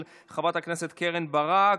של חברת הכנסת קרן ברק,